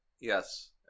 Yes